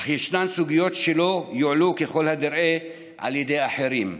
אך ישנן סוגיות שלא יועלו ככל הנראה על ידי אחרים,